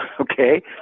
okay